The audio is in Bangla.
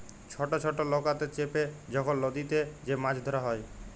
ছট ছট লকাতে চেপে যখল লদীতে যে মাছ ধ্যরা হ্যয়